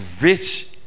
rich